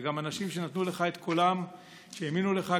וגם אנשים שנתנו לך את קולם והאמינו לך,